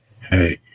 Hey